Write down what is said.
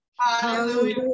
Hallelujah